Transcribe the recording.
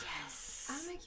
yes